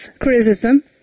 criticism